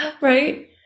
right